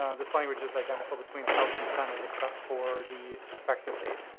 ah this language is identical between house and senate except for the effective date.